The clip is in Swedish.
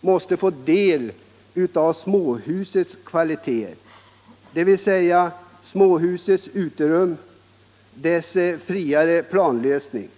måste få del av småhusets kvaliteter, t.ex. småhusets uterum och dess friare planlösning.